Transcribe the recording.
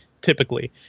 typically